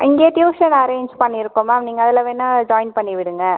இங்கேயே tuition arrange பண்ணியிருக்கோம் ma'am நீங்கள் அதில் வேணுனா ஜாயின் பண்ணி விடுங்கள்